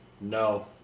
No